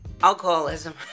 alcoholism